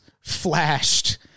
flashed